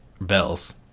bells